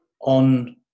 on